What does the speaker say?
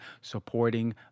supporting